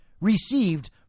received